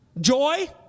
Joy